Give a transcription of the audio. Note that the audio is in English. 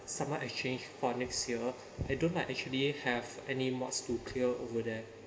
summer exchange for next year I don't like actually have any mods to clear over there